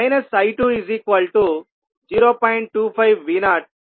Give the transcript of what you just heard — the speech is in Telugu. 25V0 142